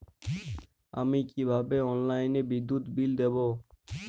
আমি কিভাবে অনলাইনে বিদ্যুৎ বিল দেবো?